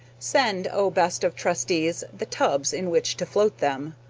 send, o best of trustees, the tubs in which to float them!